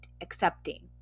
accepting